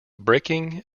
breaking